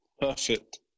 Perfect